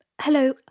hello